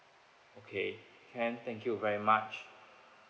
okay can thank you very much